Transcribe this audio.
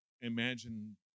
Imagine